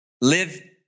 live